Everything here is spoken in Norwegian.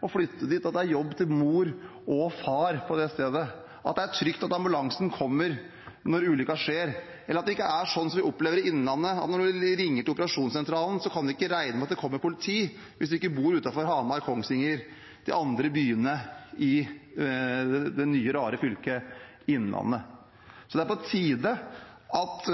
at det er jobb til mor og far på det stedet, at det er trygt, at ambulansen kommer når ulykken skjer, at det ikke er sånn som vi opplever i Innlandet, at når man ringer til operasjonssentralen, kan man ikke regne med at det kommer politi, hvis man ikke bor utenfor Hamar, Kongsvinger eller de andre byene i det nye, rare fylket Innlandet. Det er på tide at